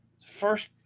first